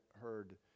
heard